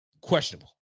Questionable